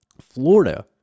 florida